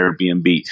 Airbnb